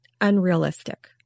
unrealistic